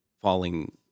falling